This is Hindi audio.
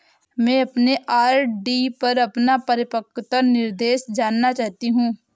मैं अपने आर.डी पर अपना परिपक्वता निर्देश जानना चाहती हूँ